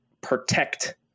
protect